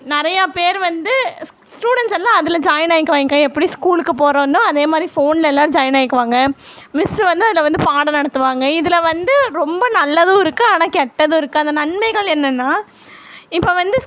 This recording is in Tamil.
நிறையா பேர் வந்து ஸ் ஸ்டூடண்ட்ஸ் எல்லாம் அதில் ஜாய்ன் ஆய்க்குவாய்ங்க எப்படி ஸ்கூலுக்கு போகிறேன்னா அதே மாதிரி ஃபோன் எல்லோரும் ஜாய்ன் ஆய்க்குவாங்க மிஸ்ஸு வந்து அதில் வந்து பாடம் நடத்துவாங்க இதில் வந்து ரொம்ப நல்லதும் இருக்குது ஆனால் கெட்டதும் இருக்குது அந்த நன்மைகள் என்னென்னா இப்போ வந்து